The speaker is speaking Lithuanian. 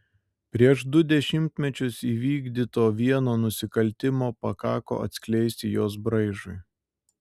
prieš du dešimtmečius įvykdyto vieno nusikaltimo pakako atskleisti jos braižui